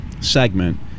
segment